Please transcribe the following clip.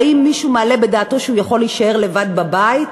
האם מישהו מעלה בדעתו שהוא יכול להישאר לבד בבית?